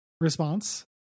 response